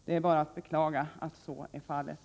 Det är bara att beklaga att så är fallet.